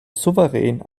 souverän